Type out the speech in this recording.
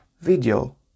video